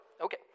Okay